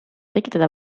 tekitada